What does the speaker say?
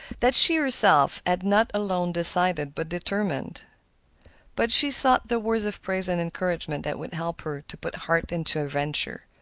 that she herself had not alone decided, but determined but she sought the words of praise and encouragement that would help her to put heart into her venture.